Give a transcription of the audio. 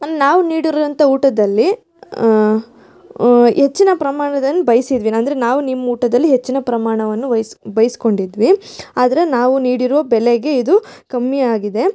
ಅನ್ ನಾವು ನೀಡಿರುವಂಥ ಊಟದಲ್ಲಿ ಹೆಚ್ಚಿನ ಪ್ರಮಾಣವನ್ನ ಬಯಸಿದ್ವಿ ನ ಅಂದರೆ ನಾವು ನಿಮ್ಮ ಊಟದಲ್ಲಿ ಹೆಚ್ಚಿನ ಪ್ರಮಾಣವನ್ನು ವಯ್ಸ್ ಬಯ್ಸಿಕೊಂಡಿದ್ವಿ ಆದರೆ ನಾವು ನೀಡಿರುವ ಬೆಲೆಗೆ ಇದು ಕಮ್ಮಿ ಆಗಿದೆ